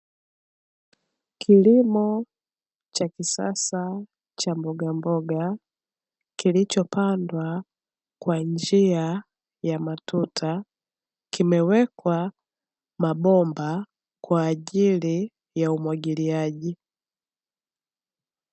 Kilimo cha kisasa cha mbogamboga, kilichopandwa kwa njia ya matuta, kimewekwa mabomba kwa ajili ya umwagiliaji.